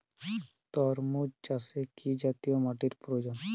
তরমুজ চাষে কি জাতীয় মাটির প্রয়োজন?